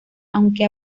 aunque